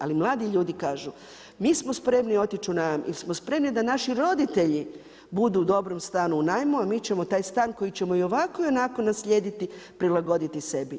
Ali mladi ljudi kažu, mi smo spremni otići u najam ili smo spremni da naši roditelji budu u dobrom stanu u najmu, a mi ćemo taj stan koji ćemo i ovako i onako naslijediti prilagoditi sebi.